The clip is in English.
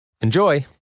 Enjoy